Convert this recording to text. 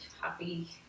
happy